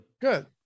Good